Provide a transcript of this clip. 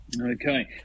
Okay